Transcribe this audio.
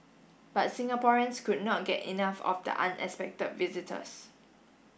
but Singaporeans could not get enough of the unexpected visitors